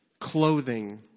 Clothing